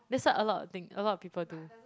that's what a lot of thing a lot of people do